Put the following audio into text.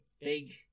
big